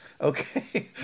Okay